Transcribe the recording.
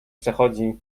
przechodzi